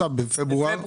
ב-14